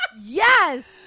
Yes